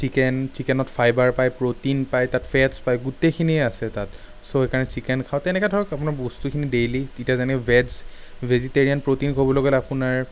chicken চিকেনত fibre পায় protein পায় তাত ফেটছ পায় গোটেইখিনিয়ে আছে তাত চ' সেই কাৰণে চিকেন খাওঁ তেনেকা ধৰক আপোনাৰ বস্তুখিনি ডেইলী এতিয়া যেনে ভেজ ভেজিটেৰিয়ান প্ৰ'টিন ক'বলৈ গ'লে আপোনাৰ